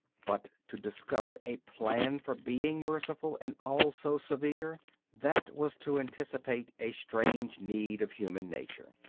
but to discover a plan for being merciful and also severe that was to anticipate a strange need of human nature.